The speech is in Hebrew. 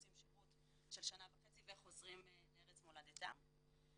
עושים שירות של שנה וחצי וחוזרים לארץ מולדתם.